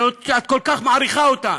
שאת כל כך מעריכה אותם,